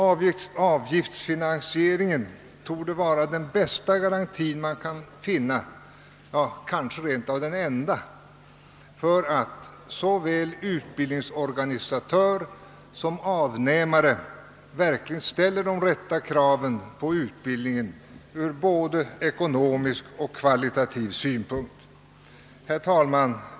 Avgiftsfinansieringen torde vara den bästa — kanske rent av den enda — garanti man kan finna för att såväl utbildningsorganisatör som avnämare verkligen ställer de rätta kraven på utbildningen ur både ekonomisk och kvalitativ synpunkt. Herr talman!